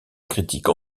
critiques